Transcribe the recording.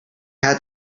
had